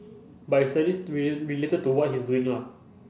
but it's at least rela~ related to what he's doing lah